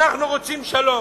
אנחנו רוצים שלום,